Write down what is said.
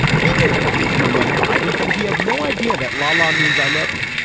he knew barrys, mermen biden, but he had no idea that la la means i love you.